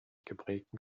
geprägten